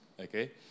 Okay